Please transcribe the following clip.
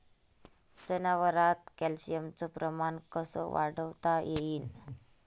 जनावरात कॅल्शियमचं प्रमान कस वाढवता येईन?